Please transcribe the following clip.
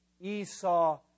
Esau